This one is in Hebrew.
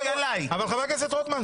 חבר הכנסת רוטמן,